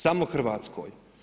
Samo Hrvatskoj.